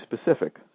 specific